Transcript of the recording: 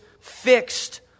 fixed